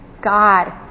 God